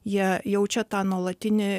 jie jaučia tą nuolatinį